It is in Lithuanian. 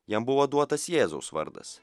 jam buvo duotas jėzaus vardas